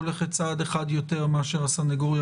עד תום ההליכים